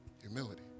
humility